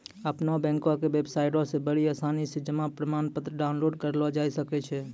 अपनो बैंको के बेबसाइटो से बड़ी आसानी से जमा प्रमाणपत्र डाउनलोड करलो जाय सकै छै